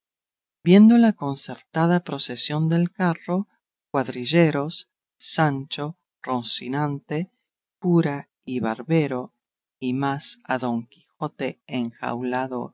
la concertada procesión del carro cuadrilleros sancho rocinante cura y barbero y más a don quijote enjaulado